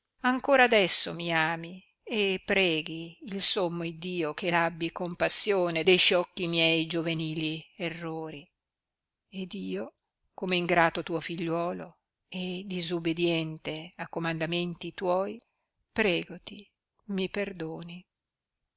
ancora adesso mi ami e preghi il sommo iddio che l abbi compassione de sciocchi miei giovenili errori ed io come ingrato tuo figliuolo e disubidiente a comandamenti tuoi pregoti mi perdoni